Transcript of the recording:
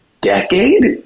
decade